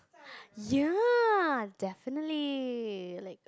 ya definitely like